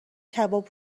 کباب